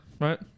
right